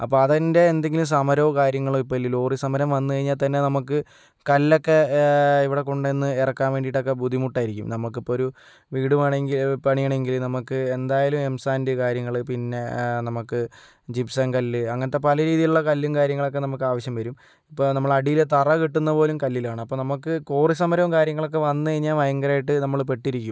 അപ്പോൾ അതിൻ്റെ എന്തെങ്കിലും സമരവും കാര്യങ്ങൾ ഇപ്പോൾ ലോറി സമരം വന്നു കഴിഞ്ഞാൽ തന്നെ നമുക്ക് കല്ലൊക്കെ ഇവിടെ കൊണ്ടുവന്ന് ഇറക്കാൻ വേണ്ടിയിട്ടൊക്കെ ബുദ്ധിമുട്ടായിരിക്കും നമുക്കിപ്പോൾ ഒരു വീട് പണിയ പണിയണമെങ്കിൽ നമുക്ക് എന്തായാലും എം സാൻഡ് കാര്യങ്ങൾ പിന്നെ നമുക്ക് ജിപ്സം കല്ല് അങ്ങനത്തെ പല രീതിയിലുള്ള കല്ലും കാര്യങ്ങളൊക്കെ നമുക്ക് ആവശ്യം വരും അപ്പം നമ്മൾ അടിയിലെ തറ കെട്ടുന്ന പോലും കല്ലിലാണ് അപ്പം നമുക്ക് ക്വാറി സമരവും കാര്യങ്ങളൊക്കെ വന്നുകഴിഞ്ഞാൽ ഭയങ്കരമായിട്ട് നമ്മൾ പെട്ടിരിക്കും